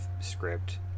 script